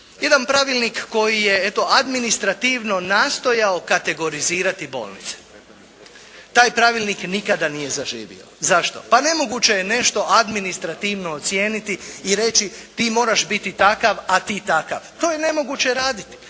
jedan pravilnik koji je eto administrativno nastojao kategorizirati bolnice. Taj pravilnik nikada nije zaživio. Zašto? Pa nemoguće je nešto administrativno ocijeniti i reći ti moraš biti takav, a ti takav. To je nemoguće raditi.